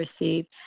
received